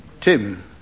Tim